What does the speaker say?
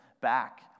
back